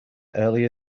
early